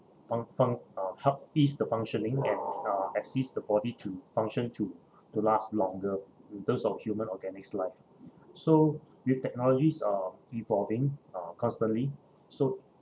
func~ func~ uh help ease the functioning and uh assist the body to function to to last longer in terms of human organics life so with technologies uh evolving uh constantly so